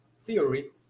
theory